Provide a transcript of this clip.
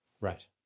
Right